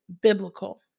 biblical